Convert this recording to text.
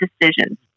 decisions